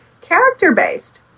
character-based